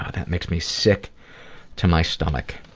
ah that makes me sick to my stomach.